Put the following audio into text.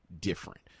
different